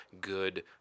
good